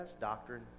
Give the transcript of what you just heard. Doctrine